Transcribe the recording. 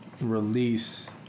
release